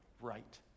right